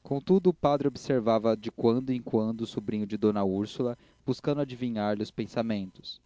contudo o padre observava de quando em quando o sobrinho de d úrsula buscando adivinhar lhe os pensamentos